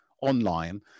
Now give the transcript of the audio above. online